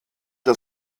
der